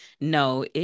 No